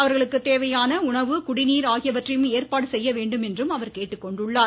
அவர்களுக்கு தேவையான உணவு குடிநீர் ஆகியவந்றையும் ஏற்பாடு செய்ய வேண்டும் என்றும் அவர் கேட்டுக்கொண்டுள்ளார்